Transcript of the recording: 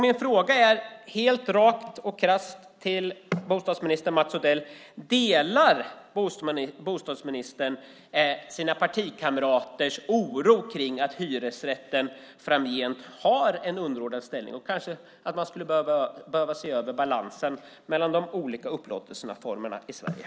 Min fråga till bostadsminister Mats Odell är: Delar bostadsministern sina partikamraters oro för att hyresrätten framgent har en underordnad ställning och åsikten att man kanske behöver se över balansen mellan de olika upplåtelseformerna i Sverige?